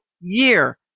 year